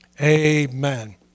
Amen